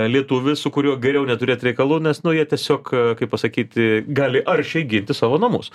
lietuvis su kuriuo geriau neturėt reikalų nes nu jie tiesiog kaip pasakyti gali aršiai ginti savo namus